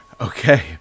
Okay